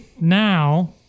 now